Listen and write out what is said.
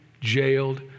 jailed